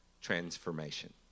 transformation